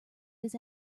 his